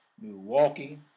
Milwaukee